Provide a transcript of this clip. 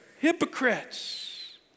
hypocrites